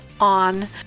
on